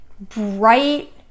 bright